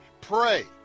Pray